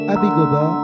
Abigoba